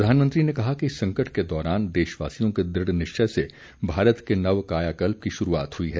प्रधानमंत्री ने कहा कि इस संकट के दौरान देशवासियों के दुढ़ निश्चय से भारत के नव कायाकल्प की शुरूआत हई है